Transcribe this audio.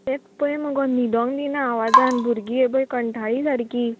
तेत पय मगो निदोंग दिना आवाजान भुरगीं पय कंठाळी सारकीं